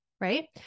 right